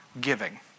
giving